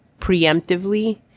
preemptively